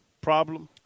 problem